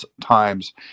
times